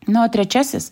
na o trečiasis